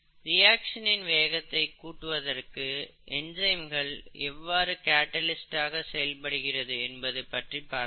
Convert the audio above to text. reaction இன் வேகத்தை கூட்டுவதற்கு என்சைம்கள் எவ்வாறு கேட்டலிஸ்டுகளாக செயல்படுகிறது என்பது பற்றி பார்த்தோம்